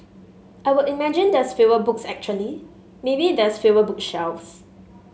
I would imagine there's fewer books actually maybe there's fewer book shelves